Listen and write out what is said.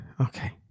okay